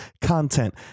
content